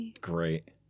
great